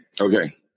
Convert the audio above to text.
Okay